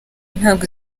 ntabwo